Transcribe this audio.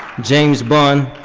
james bunn,